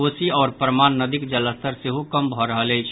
कोसी आओर परमान नदीक जलस्तर सेहो कम भऽ रहल अछि